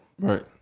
Right